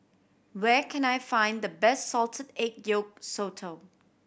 where can I find the best salted egg yolk sotong